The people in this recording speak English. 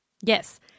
Yes